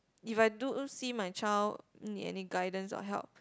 if I do see my child need any guidance or help